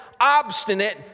obstinate